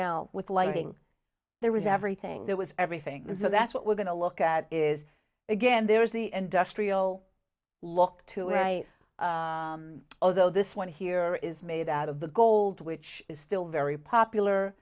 now with lighting there was everything there was everything so that's what we're going to look at is again there's the industrial look to it i although this one here is made out of the gold which is still very popular